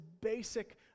basic